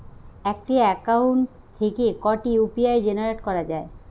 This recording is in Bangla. একটি অ্যাকাউন্ট থেকে কটি ইউ.পি.আই জেনারেট করা যায়?